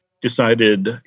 decided